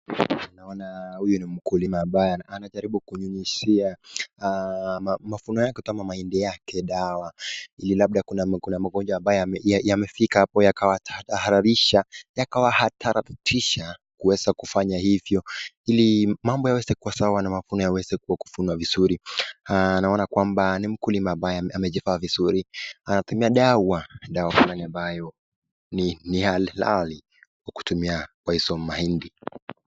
Naona huyu ni mkulima ambaye anajaribu kunyunyishia mavuno yake ama mahindi yake dawa. Ili labda kuna magonjwa ambayo yamefika hapo yakawa yanatadhararisha, yakawa yanatadharatisha kuweza kufanya hivyo. Ili mambo yaweze kuwa sawa na mavuno yaweze kuvunwa vizuri. Naona kwamba ni mkulima ambaye amejifaa vizuri. Anatumia dawa, dawa fulani ambayo ni halali kutumia kwa hayo mahindi.